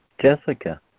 Jessica